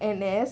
N_S